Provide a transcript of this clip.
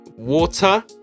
water